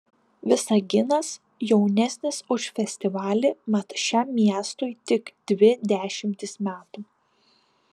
visaginas jaunesnis už festivalį mat šiam miestui tik dvi dešimtys metų